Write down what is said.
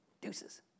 Deuces